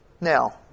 Now